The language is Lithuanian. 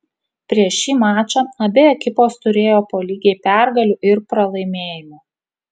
prieš šį mačą abi ekipos turėjo po lygiai pergalių ir pralaimėjimų